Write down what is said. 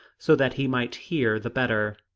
so that he might hear the better.